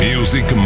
Music